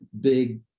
big